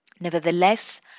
Nevertheless